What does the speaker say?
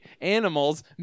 Animals